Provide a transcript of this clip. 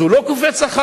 אז הוא לא קופץ אחרי,